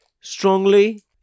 Strongly